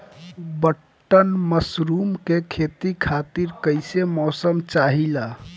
Button mushroom के खेती खातिर कईसे मौसम चाहिला?